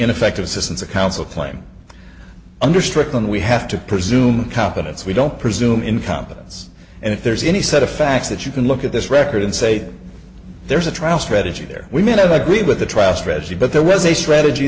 ineffective assistance of counsel claim under strickland we have to presume competence we don't presume incompetence and if there's any set of facts that you can look at this record and say there's a trial strategy there we may never agree with the trial strategy but there was a strategy